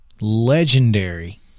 legendary